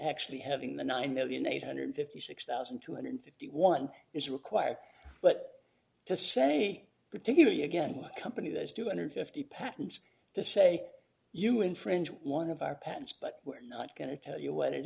actually having the nine million eight hundred and fifty six thousand two hundred and fifty one is required but to say particularly again what a company that is do under fifty patents to say you infringed one of our patents but we're not going to tell you what it